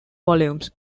volumes